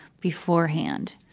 beforehand